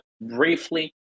briefly